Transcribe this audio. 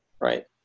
Right